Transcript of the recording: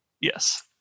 Yes